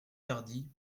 tardy